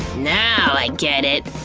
now i get it,